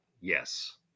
Yes